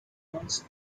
months